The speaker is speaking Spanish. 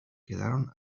quedaron